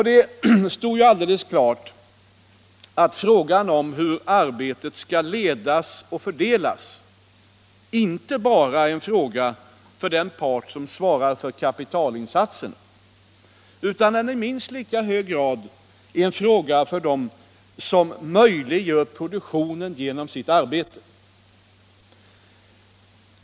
Det står alldeles klart att frågan om hur arbetet skall ledas och fördelas inte bara är en fråga för den part som svarar för kapitalinsatserna utan i minst lika hög grad är en fråga för dem som möjliggör produktionen genom sitt arbete.